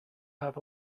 have